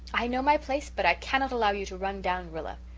i know my place but i cannot allow you to run down rilla.